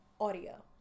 audio